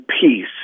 peace